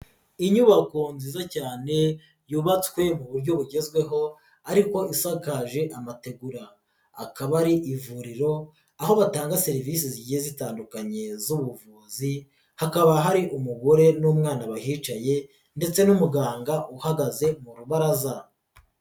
Inyubako nziza cyane yubatswe mu buryo bugezweho ariko isakaje amategur, akaba ari ivuriro aho batanga serivise zigiye zitandukanye z'ubuvuzi, hakaba hari umugore n'umwana bahicaye ndetse n'umuganga uhagaze mu rubaraza.